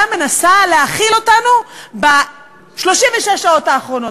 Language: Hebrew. מנסה להאכיל אותנו ב-36 השעות האחרונות,